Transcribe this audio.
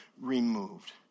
removed